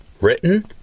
written